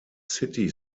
city